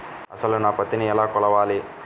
అసలు నా పత్తిని ఎలా కొలవాలి?